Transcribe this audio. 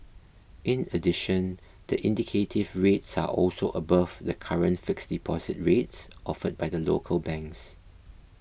in addition the indicative rates are also above the current fixed deposit rates offered by the local banks